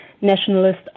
nationalist